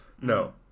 No